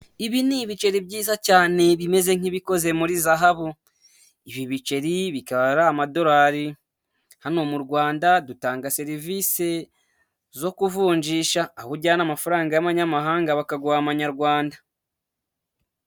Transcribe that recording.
Ibi ni ibiceri byiza cyane bimeze nk'ibikoze muri zahabu, ibi biceri bikaba ari amadolari, hano mu Rwanda dutanga serivisi zo kuvunjisha, aho ujyana amafaranga y'amanyamahanga bakaguha amanyarwanda.